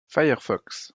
firefox